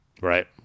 right